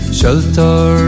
shelter